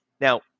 Now